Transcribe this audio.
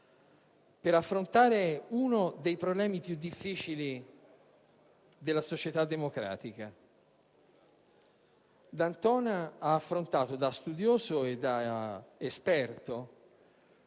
per affrontare uno dei problemi più difficili della società democratica. D'Antona ha affrontato da studioso e da esperto